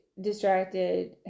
distracted